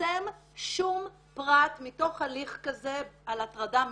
לפרסם שום פרט מתוך הליך כזה על הטרדה מינית,